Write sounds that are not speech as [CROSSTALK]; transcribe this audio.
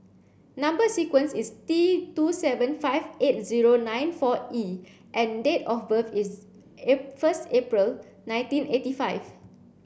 number sequence is T two seven five eight zero nine four E and date of birth is [UNINTELLIGIBLE] first April nineteen eighty five